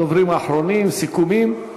דוברים אחרונים, סיכומים.